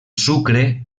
sucre